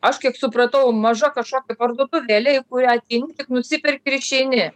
aš kaip supratau maža kažkokia parduotuvėlė į kurią ateini tik nusiperki ir išeini